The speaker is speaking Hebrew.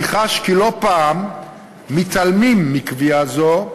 אני חש כי לא פעם מתעלמים מקביעה זו,